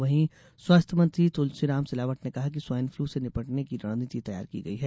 वहीं स्वास्थ्य मंत्री तुलसीराम सिलावट ने कहा है कि स्वाइन फ्लू से निपटने की रणनीति तैयार की गई है